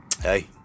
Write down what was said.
Hey